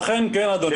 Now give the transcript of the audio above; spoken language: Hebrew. אכן כן, אדוני.